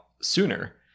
sooner